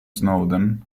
snowden